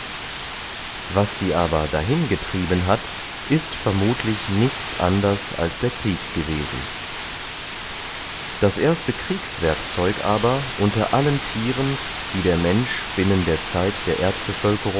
was sie aber dahin getrieben hat ist vermuthlich nichts anders als der krieg gewesen das erste kriegswerkzeug aber unter allen thieren die der mensch binnen der zeit der